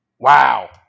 wow